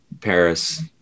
paris